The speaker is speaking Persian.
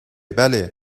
بله